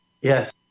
Yes